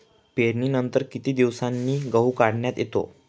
पेरणीनंतर किती दिवसांनी गहू काढण्यात येतो?